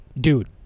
dude